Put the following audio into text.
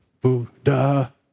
Buddha